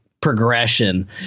progression